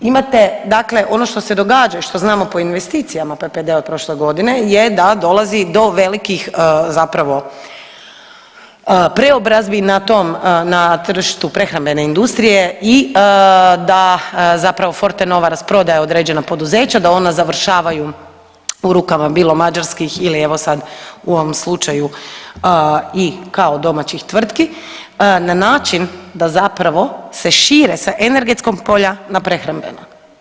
Imate dakle ono što se događa i što znamo po investicijama PPD-a prošle godine je da dolazi do velikih zapravo preobrazbi na tom, na tržištu prehrambene industrije i da zapravo Fortenova rasprodaje određena poduzeća, da ona završavaju u rukama, bilo mađarskih ili evo sad u ovom slučaju i kao domaćih tvrtki na način da zapravo se šire sa energetskog polja na prehrambeno.